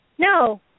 No